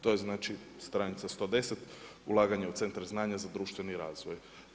To je znači stranica 110, ulaganje u centar znanja za društveni razvoj.